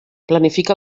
planifica